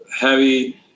heavy